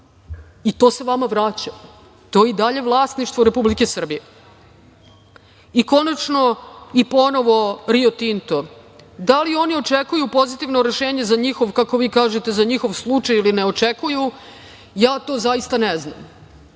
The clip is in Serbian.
i to se vama vraća. To je i dalje vlasništvo Republike Srbije. Konačno i ponovo Rio Tinto. Da li oni očekuju pozitivno rešenje za njihov, kako vi kažete, za njihov slučaj ili ne očekuju? Ja to zaista ne znam